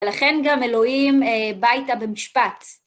ולכן גם אלוהים, בא איתה במשפט.